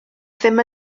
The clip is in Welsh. ddim